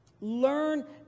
Learn